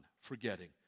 forgetting